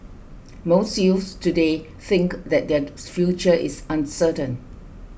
most youths today think that their future is uncertain